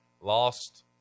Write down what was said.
lost